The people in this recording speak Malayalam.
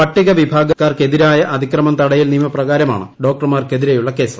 പട്ടിക വിഭാഗക്കാർക്കെതിരായ അതിക്രമം തടയൽ നിയമ പ്രകാരമാണ് ഡോക്ടർമാർക്കെതിരെയുള്ള കേസ്